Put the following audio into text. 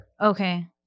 Okay